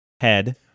head